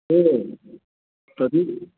एव तदि